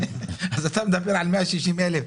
אז אתה מדבר על 160,000?